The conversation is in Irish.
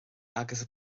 agus